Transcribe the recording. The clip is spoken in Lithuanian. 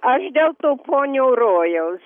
aš dėl to ponių rojaus